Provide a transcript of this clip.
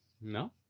No